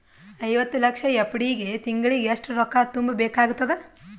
ಐವತ್ತು ಲಕ್ಷ ಎಫ್.ಡಿ ಗೆ ತಿಂಗಳಿಗೆ ಎಷ್ಟು ರೊಕ್ಕ ತುಂಬಾ ಬೇಕಾಗತದ?